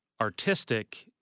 artistic